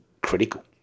critical